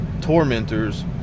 tormentors